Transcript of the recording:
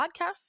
Podcasts